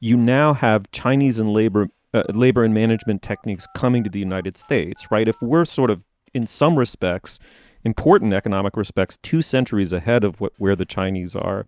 you now have chinese and labor labor and management techniques coming to the united states right if we're sort of in some respects important economic respects two centuries ahead of where the chinese are.